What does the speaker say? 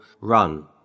run